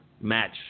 match